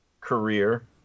career